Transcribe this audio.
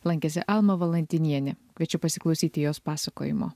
lankėsi alma valantinienė kviečiu pasiklausyti jos pasakojimo